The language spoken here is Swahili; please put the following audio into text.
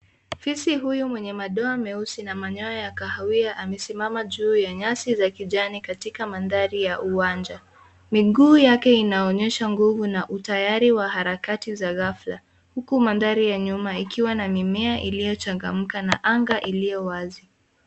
Fisi huyu mwenye madoa meusi na manyoya ya kahawia amesimama juu ya nyasi za kijani katika mandhari ya uwanja. Miguu yake inaonyesha nguvu na utayari wa harakati za ghafla huku mandhari ya nyuma ikiwa na mimea iliyochangamka na anga iliyo wazi.